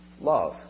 love